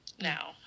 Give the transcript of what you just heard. now